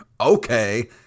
okay